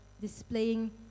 displaying